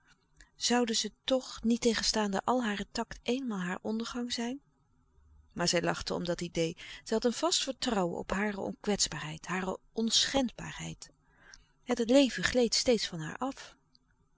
zouden ze toch niettegenstaande al haren tact eenmaal haar ondergang zijn maar zij lachte om dat idee zij had een vast vertrouwen op hare onkwetsbaarheid hare onschendbaarheid het leven gleed steeds van haar af